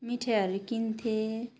मिठाईहरू किन्थ्येँ